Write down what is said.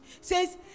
says